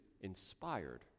inspired